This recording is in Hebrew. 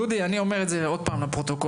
דודי, אני אומר את זה עוד פעם לפרוטוקול.